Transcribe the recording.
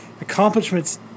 accomplishments